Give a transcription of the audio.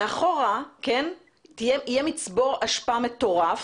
מאחורה יהיה מצבור אשפה מטורף